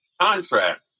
contract